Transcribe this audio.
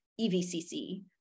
EVCC